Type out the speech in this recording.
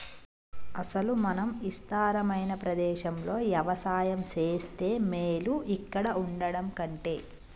అసలు మనం ఇస్తారమైన ప్రదేశంలో యవసాయం సేస్తే మేలు ఇక్కడ వుండటం కంటె